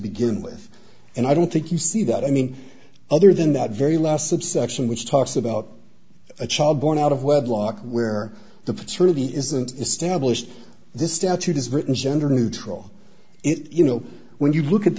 begin with and i don't think you see that i mean other than that very last subsection which talks about a child born out of wedlock where the paternity isn't established this statute is written gender neutral it you know when you look at the